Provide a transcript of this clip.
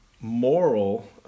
moral